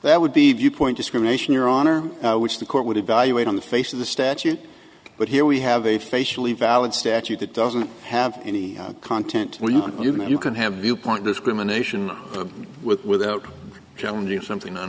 that would be viewpoint discrimination your honor which the court would evaluate on the face of the statute but here we have a facially valid statute that doesn't have any content you know you can have viewpoint discrimination without challenging something on